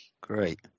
Great